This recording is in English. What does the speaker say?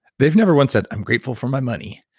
they've never once said, i'm grateful for my money.